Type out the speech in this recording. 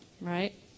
right